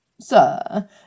Sir